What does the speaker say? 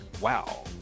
wow